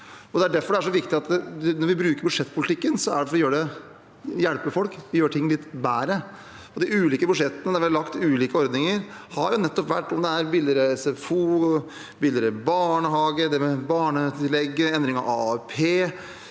Det er derfor det er så viktig at når vi bruker budsjettpolitikken, er det for å hjelpe folk og gjøre ting litt bedre. Når vi i de ulike budsjettene har lagt ulike ordninger, om det er billigere SFO, billigere barnehage, det med barnetillegget, endring av AAP,